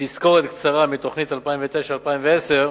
תזכורת קצרה מתוכנית 2009 2010,